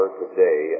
today